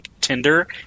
Tinder